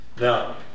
Now